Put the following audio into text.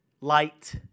light